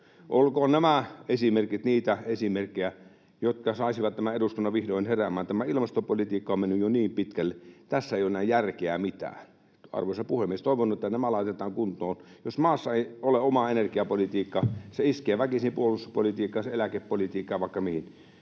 Kankaanniemi: Kyllä!] niitä esimerkkejä, jotka saisivat tämän eduskunnan vihdoin heräämään. Tämä ilmastopolitiikka on mennyt jo niin pitkälle, että tässä ei ole enää järkeä mitään. Arvoisa puhemies! Toivon, että nämä laitetaan kuntoon. Jos maassa ei ole omaa energiapolitiikkaa, se iskee väkisin puolustuspolitiikkaan, eläkepolitiikkaan, vaikka mihin.